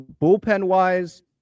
Bullpen-wise